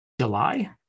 July